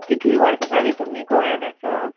कितलीं वर्सां जाली तुमी गोंयांत आसात